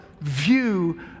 view